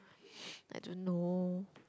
I don't know